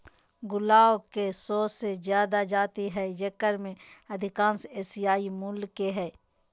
गुलाब के सो से जादा जाति हइ जेकरा में अधिकांश एशियाई मूल के हइ